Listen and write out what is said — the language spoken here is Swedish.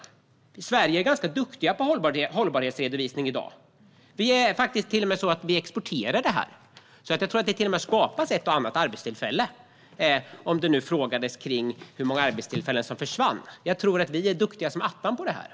I Sverige är vi i dag duktiga på hållbarhetsredovisningar, och vi exporterar denna kunskap. Jag tror till och med att ett och annat arbetstillfälle skapas - apropå frågan om hur många arbetstillfällen som försvinner. Vi är duktiga som attan på detta.